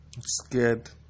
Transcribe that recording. scared